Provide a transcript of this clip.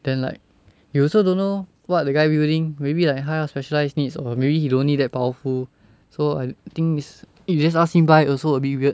then like you also don't know what the guy building maybe like 他要 specialised needs or maybe he don't need that powerful so I think you just ask him buy also a bit weird